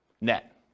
net